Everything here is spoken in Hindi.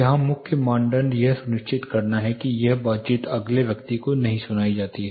यहां मुख्य मानदंड यह सुनिश्चित करना है कि यह बातचीत अगले व्यक्ति को नहीं सुनाई जाती है